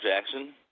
Jackson